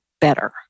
better